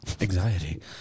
Anxiety